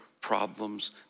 problems